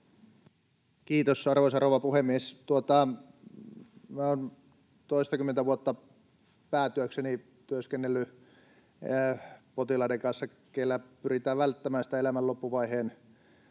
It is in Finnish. Kiitos, arvoisa rouva puhemies! Minä olen toistakymmentä vuotta päätyökseni työskennellyt potilaiden kanssa, joilla pyritään välttämään sitä elämän loppuvaiheen